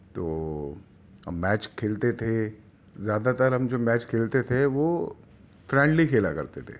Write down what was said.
تو ہم میچ کھیلتے تھے زیادہ تر ہم جو میچ کھیلتے تھے وہ فرینڈلی کھیلا کرتے تھے